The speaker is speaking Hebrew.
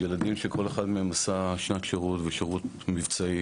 ילדים שכל אחד מהם עשה שנת שירות ושירות מבצעי